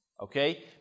okay